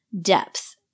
depth